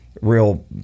real